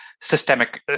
systemic